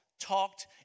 talked